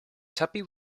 tuppy